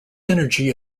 energy